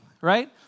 right